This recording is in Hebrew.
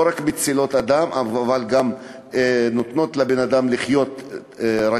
שלא רק מצילות חיי אדם אלא גם מאפשרות לבן-אדם לחיות כרגיל.